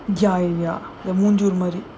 ya ya ya the Minjur மாதிரி:meenjoor maadhiri